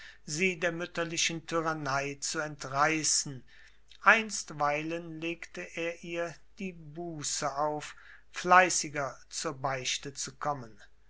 sie der mütterlichen tyrannei zu entreißen einstweilen legte er ihr die buße auf fleißiger zur beichte zu kommen